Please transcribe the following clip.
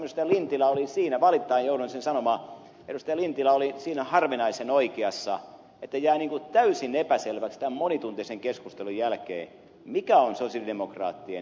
lintilä oli siinä valittaen joudun sen sanomaan harvinaisen oikeassa että jäi täysin epäselväksi tämän monituntisen keskustelun jälkeen mikä on sosialidemokraattien